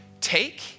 take